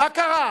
מה קרה?